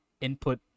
input